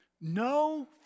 no